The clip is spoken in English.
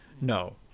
no